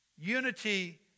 Unity